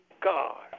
God